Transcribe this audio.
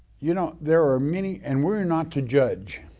you know, there are many, and we're not to judge.